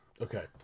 Okay